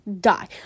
die